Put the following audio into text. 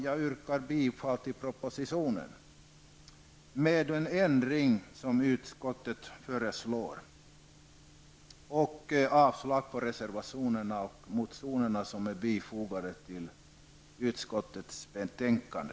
Jag yrkar bifall till propositionen med den ändring som utskottet föreslår och avslag på reservationerna och motionerna som är fogade till utskottets betänkande.